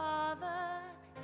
Father